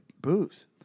booze